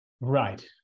right